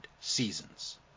seasons